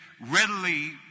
readily